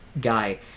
guy